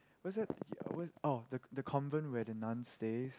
what's that yeah oh the the convent where the nun stays